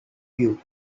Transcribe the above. you